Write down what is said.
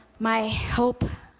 my hope,